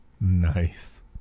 Nice